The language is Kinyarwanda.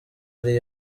ari